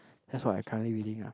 that's what I currently reading ah